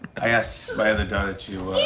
i asked my other daughter to